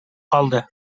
калды